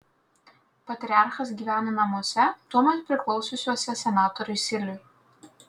patriarchas gyveno namuose tuomet priklausiusiuose senatoriui siliui